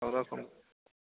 ହଉ ରଖନ୍ତୁ